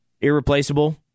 irreplaceable